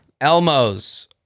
Elmo's